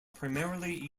primarily